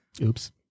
oops